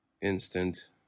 instant